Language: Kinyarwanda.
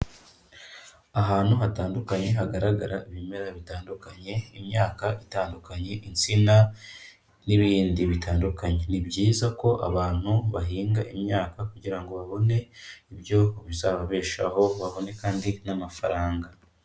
Ahantu hatandukanye hagaragara ibimera bitandukanye, imyaka itandukanye insina n'ibindi bitandukanye, ni byiza ko abantu bahinga imyaka kugira ngo babone ibyo bizababeshaho, babone kandi n'amafaranga.